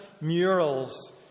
murals